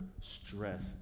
stress